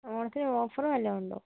ഓണത്തിന് ഓഫറ് വല്ലതുമുണ്ടോ